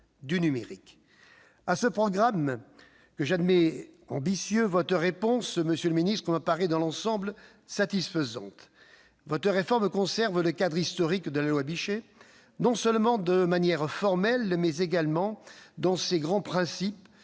réponse à ce programme, que j'admets ambitieux, me paraît dans l'ensemble satisfaisante. Votre réforme conserve le cadre historique de la loi Bichet, non seulement de manière formelle, mais également dans ses grands principes